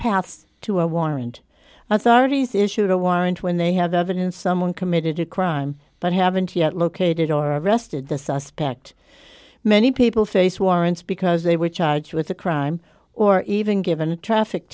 paths to a warrant authorities issued a warrant when they have evidence someone committed a crime but haven't yet located or arrested the suspect many people face warrants because they were charged with a crime or even given a traffic